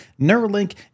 Neuralink